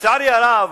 לצערי הרב,